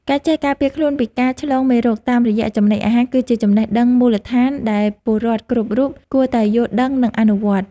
ការចេះការពារខ្លួនពីការឆ្លងមេរោគតាមរយៈចំណីអាហារ គឺជាចំណេះដឹងមូលដ្ឋានដែលពលរដ្ឋគ្រប់រូបគួរតែយល់ដឹងនិងអនុវត្ត។